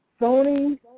Sony